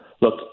Look